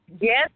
Yes